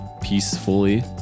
peacefully